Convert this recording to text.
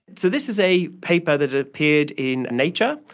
so this is a paper that appeared in nature.